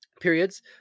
periods